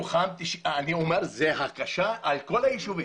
זה הקשה על כל היישובים.